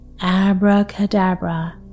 Abracadabra